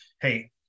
Hey